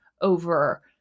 over